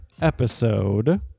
episode